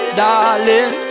darling